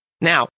now